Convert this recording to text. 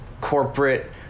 corporate